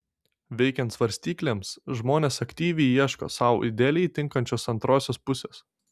veikiant svarstyklėms žmonės aktyviai ieško sau idealiai tinkančios antrosios pusės